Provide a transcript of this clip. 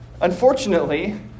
unfortunately